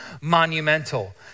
monumental